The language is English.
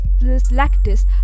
lactis